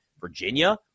Virginia